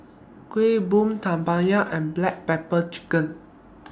Kueh Bom Tempoyak and Black Pepper Chicken